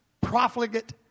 profligate